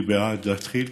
אני בעד להתחיל,